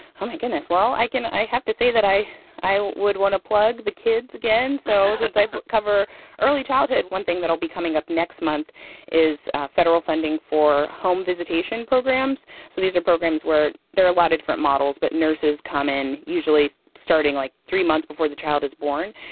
and goodness. well, i can i have to say that i i would want to plug the kids again. so. since i but cover early childhood, one thing that'll be coming up next month is federal funding for home visitation programs. so these are programs where there are a lot of different models but nurses come in, usually starting like three months before the child is born,